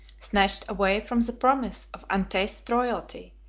snatched away from the promise of untasted royalty,